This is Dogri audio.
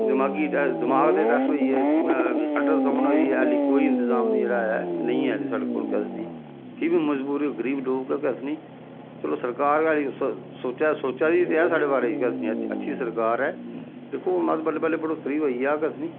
दमागी टैस्ट दमाग दे टैस्ट होई गे अल्ट्रसाउंड होई गे एल्ली कोई इंतजाम जेह्ड़ा ऐ नेईं ऐ साढ़े कोल कथनी फ्ही बी मजबूरी गरीब लोक गै कथनी चलो सरकार गै सो सोचा दी ते ऐ साढ़े बारे च अच्छी सरकार ऐ दिक्खो मत बल्लें बल्लें बढ़ोतरी होई जा कथनी